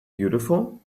beautiful